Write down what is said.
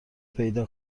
پیدا